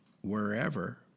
wherever